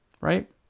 right